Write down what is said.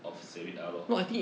of saving ah lor